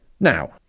Now